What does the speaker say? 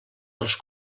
dels